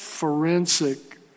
forensic